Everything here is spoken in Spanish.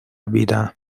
vida